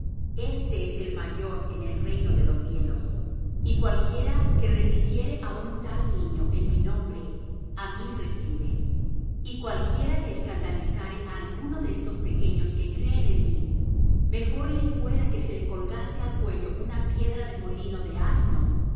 éste es el mayor en el reino de los cielos y cualquiera que recibiere á un tal niño en mi nombre á mí recibe y cualquiera que escandalizare á alguno de estos pequeños que creen en mí mejor le fuera que se le colgase al cuello una piedra de molino de asno